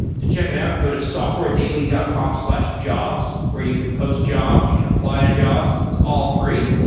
to check it out, go to softwaredaily dot com slash jobs, where you can post jobs, you can apply to jobs. it's all free.